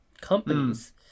companies